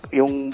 yung